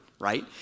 Right